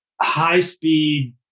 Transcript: high-speed